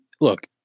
look